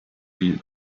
been